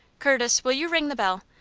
curtis, will you ring the bell?